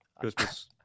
Christmas